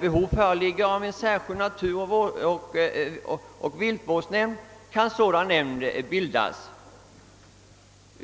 behov föreligger av en särskild naturoch viltvårdsnämnd kan sådan nämnd bildas.